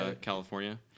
California